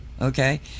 Okay